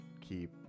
keep